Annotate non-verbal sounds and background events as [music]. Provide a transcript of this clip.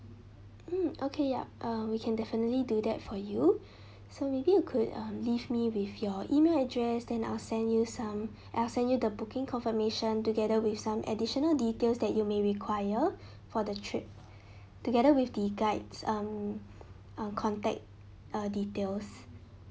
mm okay yup uh we can definitely do that for you [breath] so maybe you could um leave me with your email address then I'll send you some [breath] I'll send you the booking confirmation together with some additional details that you may require [breath] for the trip together with the guides um [breath] uh contact uh details